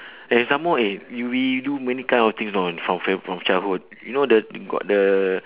and some more eh we we do many kind of things you know from fa~ from childhood you know the got the